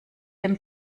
dem